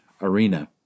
Arena